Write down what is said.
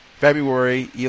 February